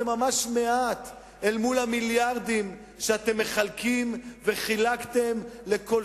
זה ממש מעט לעומת המיליארדים שאתם מחלקים וחילקתם לכל